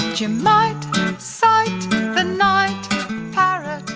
you might sight the night parrot.